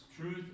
truth